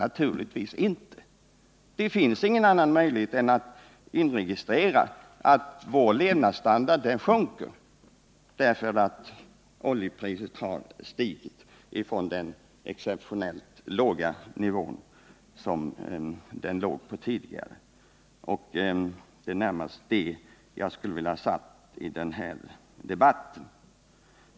Naturligtvis inte. — Det finns ingen annan möjlighet än att inregistrera att vår levnadsstandard sjunker i takt med att oljepriser stiger. Detta har naturligtvis varit förhållandet alltsedan oljepriset började röra på sig från den exceptionellt låga nivå där det tidigare låg. Det är närmast det jag har velat säga i den här debatten.